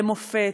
למופת,